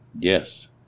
Yes